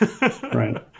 Right